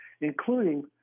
including